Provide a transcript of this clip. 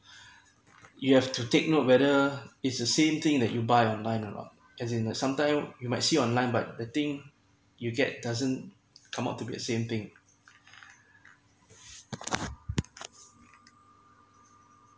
you have to take note whether it's the same thing that you buy online or not as in uh sometime you might see online but the thing you get doesn't come out to be the same thing